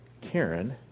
Karen